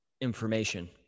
information